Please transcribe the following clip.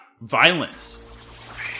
Violence